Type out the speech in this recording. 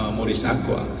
modis agua.